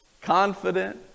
Confident